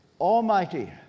Almighty